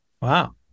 Wow